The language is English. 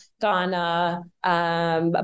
Ghana